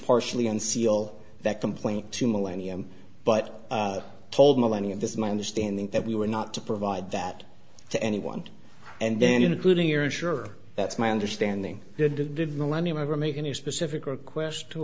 partially and seal that complaint to millennium but told millennium this is my understanding that we were not to provide that to anyone and then including your insurer that's my understanding you did millennium ever make any specific request to